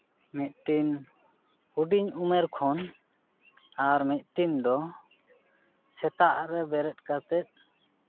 ᱢᱤᱫᱴᱤᱱ ᱦᱩᱰᱤᱧ ᱩᱢᱮᱨ ᱠᱷᱚᱱ ᱟᱨ ᱢᱤᱫᱴᱤᱱ ᱫᱚ ᱥᱮᱛᱟᱜ ᱨᱮ ᱵᱮᱨᱮᱫ ᱠᱟᱛᱮᱫ